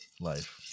life